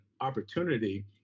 opportunity